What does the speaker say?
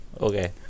Okay